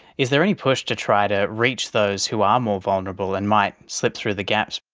is there any push to try to reach those who are more vulnerable and might slip through the gaps?